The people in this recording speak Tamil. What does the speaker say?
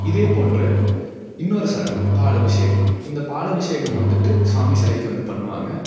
இதேப்போன்று இன்னொரு சடங்கு பால் அபிஷேகம் இந்த பால் அபிஷேகம் வந்துவிட்டு சாமி சிலைக்கு வந்து பண்ணுவாங்க